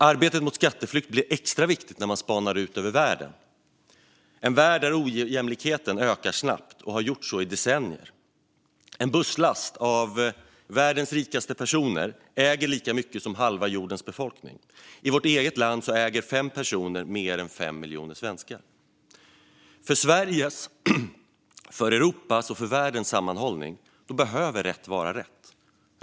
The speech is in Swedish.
Detta arbete framstår som extra viktigt när man spanar ut över världen, där ojämlikheten ökar snabbt och har gjort så i decennier. En busslast av världens rikaste personer äger lika mycket som halva jordens befolkning. I vårt eget land äger fem personer mer än 5 miljoner svenskar. För Sveriges, för Europas och för världens sammanhållning behöver rätt vara rätt.